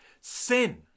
sin